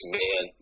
man